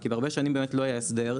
כי הרבה שנים באמת לא היה הסדר.